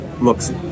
looks